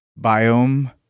biome